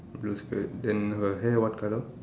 blue skirt then her hair what colour